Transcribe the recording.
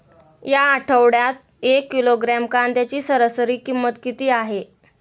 या आठवड्यात एक किलोग्रॅम कांद्याची सरासरी किंमत किती आहे?